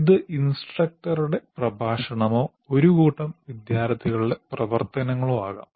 ഇത് ഇൻസ്ട്രക്ടറുടെ പ്രഭാഷണമോ ഒരു കൂട്ടം വിദ്യാർത്ഥികളുടെ പ്രവർത്തനങ്ങളോ ആകാം